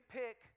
pick